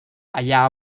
allà